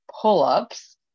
pull-ups